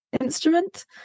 instrument